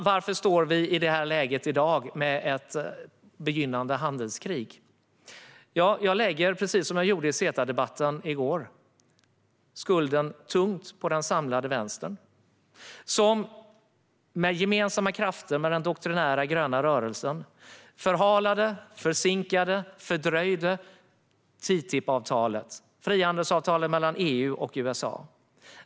Varför står vi i dag inför ett begynnande handelskrig? Precis som jag gjorde i CETA-debatten i går lägger jag skulden tungt på den samlade vänstern. Med gemensamma krafter med den doktrinära gröna rörelsen förhalade, försinkade och fördröjde man TTIP-avtalet, frihandelsavtalet mellan EU och USA.